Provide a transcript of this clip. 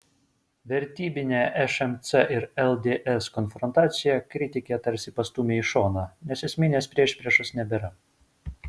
vertybinę šmc ir lds konfrontaciją kritikė tarsi pastūmė į šoną nes esminės priešpriešos nebėra